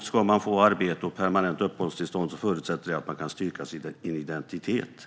De påpekar att för att få arbete och permanent uppehållstillstånd förutsätts att man kan styrka sin identitet.